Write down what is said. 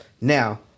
now